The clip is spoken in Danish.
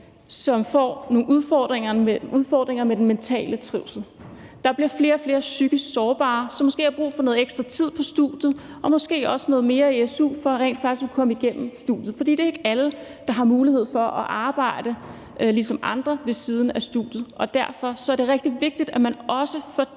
som får nogle udfordringer med den mentale trivsel. Der bliver flere og flere psykisk sårbare, som måske har brug for noget ekstra tid på studiet og måske også noget mere i su for rent faktisk at komme igennem studiet. For det er ikke alle, der har mulighed for at arbejde ved siden af studiet, som andre har, og derfor er det rigtig vigtigt, at man også for